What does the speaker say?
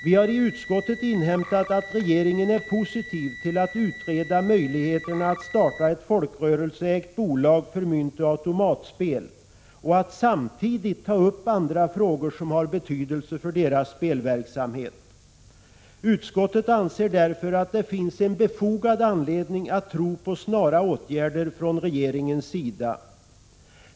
Vi har i utskottet inhämtat att regeringen är positiv till att utreda möjligheterna att starta ett folkrörelseägt bolag för myntoch automatspel samt att samtidigt ta upp andra frågor som har betydelse för deras spelverksamhet. Utskottet anser därför att det är befogat att tro på snara åtgärder från regeringens sida.